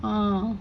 ah